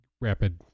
Rapid